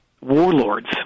warlords